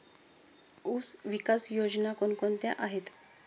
ऊसविकास योजना कोण कोणत्या आहेत?